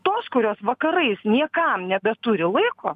tos kurios vakarais niekam nebeturi laiko